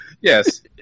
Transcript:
yes